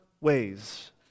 ways